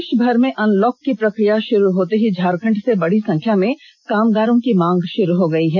देषभर में अनलॉक की प्रक्रिया शुरू होते ही झारखंड से बड़ी संख्या में कामगारों की मांग शुरू हो गयी है